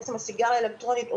הסיגריה האלקטרונית,